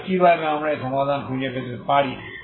তাহলে কিভাবে আমরা এই সমাধান খুঁজে পেতে পারি